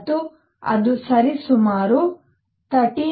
ಮತ್ತು ಅದು ಸರಿಸುಮಾರು 13